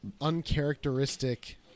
uncharacteristic